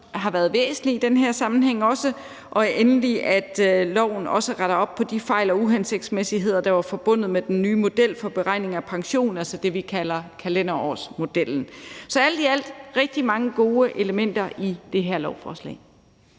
har været væsentligt i den her sammenhæng, og endelig, at loven også retter op på de fejl og uhensigtsmæssigheder, der var forbundet med den nye model for beregning af pension, altså det, vi kalder kalenderårsmodellen. Så alt i alt er der tale om rigtig mange gode elementer i det her lovforslag.